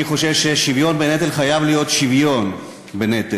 אני חושב ששוויון בנטל חייב להיות שוויון בנטל,